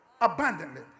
abundantly